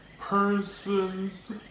persons